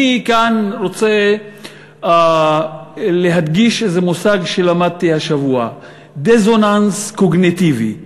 אני כאן רוצה להדגיש מושג שלמדתי השבוע: דיסוננס קוגניטיבי.